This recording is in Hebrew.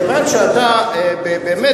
מכיוון שאתה באמת,